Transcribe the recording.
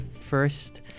first